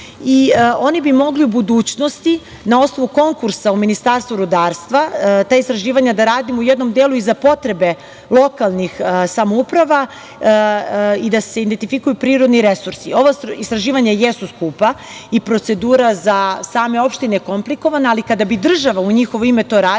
i oni bi mogli u budućnosti na osnovu konkursa u Ministarstvu rudarstva ta istraživanja da radimo u jednom delu i za potrebe lokalnih samouprava i da se identifikuju prirodni resursi. Ova istraživanja jesu skupa i procedura za same opštine komplikovana, ali kada bi država u njihovo ime to radila,